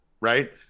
right